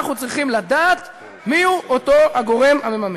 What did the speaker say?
אנחנו צריכים לדעת מיהו אותו הגורם המממן.